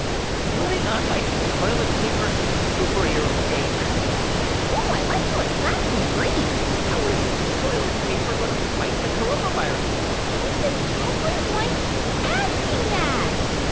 putting on my toilet paper superhero cape ooh, i like how it flaps in the breeze how is toilet paper going to fight the coronavirus? why does everyone keep asking that?